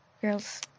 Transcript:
girls